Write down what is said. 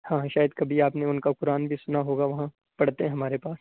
ہاں شاید کبھی آپ نے ان کا قرآن بھی سنا ہوگا وہاں پڑھتے ہیں ہمارے پاس